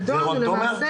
את רון תומר?